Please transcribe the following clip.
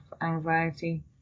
anxiety